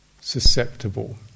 susceptible